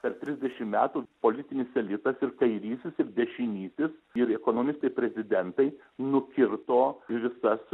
per trisdešim metų politinis elitas ir kairysis ir dešinysis ir ekonomistai prezidentai nukirto visas